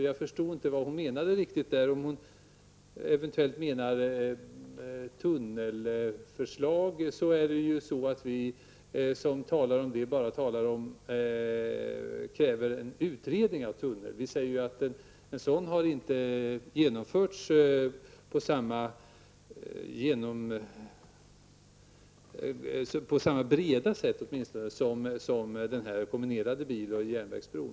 Jag förstår inte riktigt vad Grethe Lundblad därmed menar, om hon avser tunnelförslaget eller vad det nu kan vara. Men om det gäller tunnelförslaget, vill jag framhålla att vi bara har krävt en utredning av det förslaget. Vi säger nämligen bara att tunnelförslaget inte har blivit lika brett utrett som förslaget om en kombinerad bil och järnvägsbro.